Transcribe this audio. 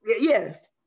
yes